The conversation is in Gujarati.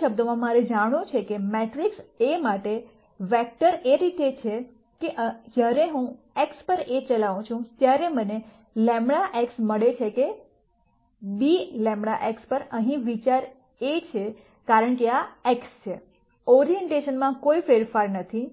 બીજા શબ્દોમાં મારે જાણવું છે કે મેટ્રિક્સ A માટે x વેક્ટર એ રીતે છે કે જ્યારે હું x પર A ચલાવું છું ત્યારે મને λ x મળે નહીં કે b λ x અહીં વિચાર એ છે કારણ કે આ x છે ઓરિએન્ટેશનમાં કોઈ ફેરફાર નથી